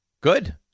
Good